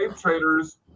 traders